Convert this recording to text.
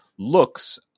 Looks